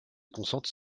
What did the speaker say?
concentre